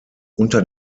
unter